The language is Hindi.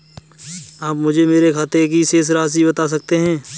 आप मुझे मेरे खाते की शेष राशि बता सकते हैं?